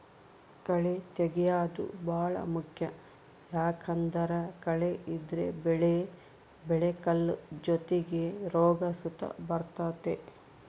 ಕಳೇ ತೆಗ್ಯೇದು ಬಾಳ ಮುಖ್ಯ ಯಾಕಂದ್ದರ ಕಳೆ ಇದ್ರ ಬೆಳೆ ಬೆಳೆಕಲ್ಲ ಜೊತಿಗೆ ರೋಗ ಸುತ ಬರ್ತತೆ